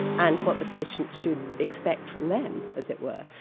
and what the patient should expect from them, as it were.